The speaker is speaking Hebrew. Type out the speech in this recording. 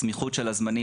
מבחינת הסמיכות של הזמנים,